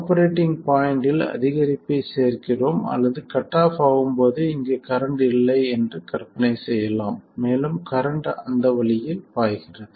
operating பாய்ண்ட்டில் அதிகரிப்பைச் சேர்க்கிறோம் அல்லது கட் ஆஃப் ஆகும் போது இங்கு கரண்ட் இல்லை என்று கற்பனை செய்யலாம் மேலும் கரண்ட் அந்த வழியில் பாய்கிறது